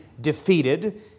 defeated